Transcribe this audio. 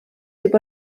võib